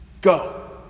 Go